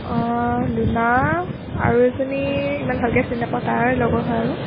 অ লোণা আৰু এজনী ইমান ভালকৈ চিনি নাপাওঁ তাৰ লগৰ হয় আৰু